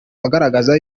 agaragaza